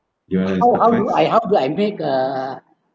how do I how do I make uh